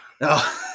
No